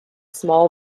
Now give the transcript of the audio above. small